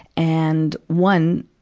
and one,